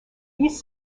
these